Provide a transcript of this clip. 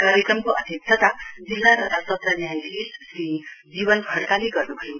कार्यक्रमको अध्यक्षता जिल्ला तथा सत्र न्यायाधीश श्री जीवन खड़काले गर्न्भएको थियो